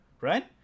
right